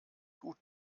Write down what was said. gut